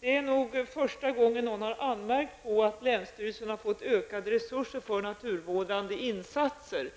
Det är nog första gången någon har anmärkt på att länsstyrelsen har fått ökade resurser för naturvårdande insatser.